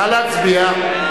נא להצביע.